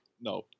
no